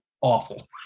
awful